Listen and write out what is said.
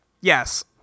Yes